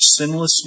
sinlessly